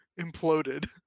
imploded